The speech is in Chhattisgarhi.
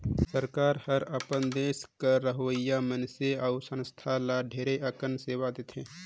सरकार हर अपन देस कर रहोइया मइनसे अउ संस्था ल ढेरे अकन सेवा देथे